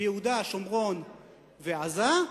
ביהודה שומרון ועזה.